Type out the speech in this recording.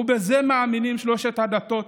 ובזה מאמינות שלוש הדתות,